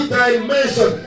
dimension